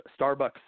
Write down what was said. Starbucks